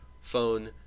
Phone